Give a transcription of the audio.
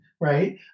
Right